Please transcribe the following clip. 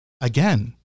again